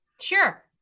sure